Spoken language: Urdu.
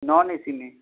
نان اے سی میں